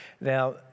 Now